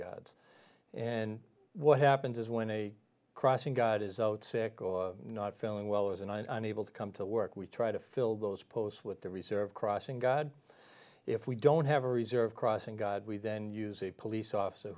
guards in what happens when a crossing guard is old sick or not feeling well as in i need to come to work we try to fill those posts with the reserve crossing god if we don't have a reserve crossing god we then use police officer